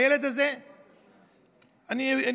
הילד הזה --- איפה הפרטים שלו?